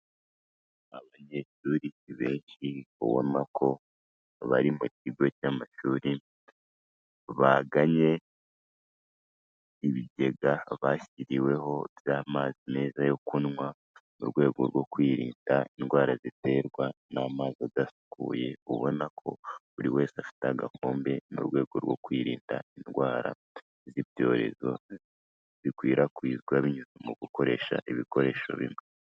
Abanyeshuri benshi ubona ko bari mu kigo cy'amashuri bagannye ibigega bashyiriweho by'amazi meza yo kunywa mu rwego rwo kwirinda indwara ziterwa n'amazi adasukuye. Ubona ko buri wese afite agakombe mu rwego rwo kwirinda indwara z'ibyorezo zikwirakwizwa binyuze mu gukoresha ibikoresho bimwe.